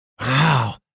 Wow